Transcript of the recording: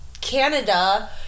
Canada